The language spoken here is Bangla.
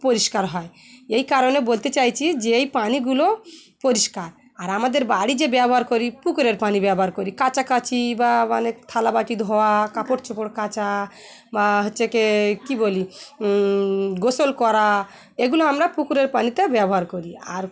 পরিষ্কার হয় এই কারণে বলতে চাইছি যে এই পানিগুলো পরিষ্কার আর আমাদের বাড়ি যে ব্যবহার করি পুকুরের পানি ব্যবহার করি কাচাকাচি বা অনেক থালাবাটি ধোওয়া কাপড় চোপড় কাচা বা হচ্ছে কি কী বলি গোসল করা এগুলো আমরা পুকুরের পানিতে ব্যবহার করি আর